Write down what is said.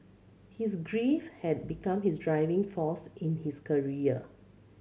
his grief had become his driving force in his career